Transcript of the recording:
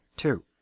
two